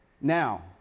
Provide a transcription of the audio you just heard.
Now